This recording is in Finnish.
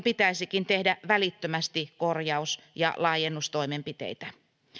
pitäisikin tehdä välittömästi korjaus ja laajennustoimenpiteitä